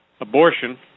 abortion